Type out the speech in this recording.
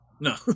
no